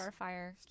Starfire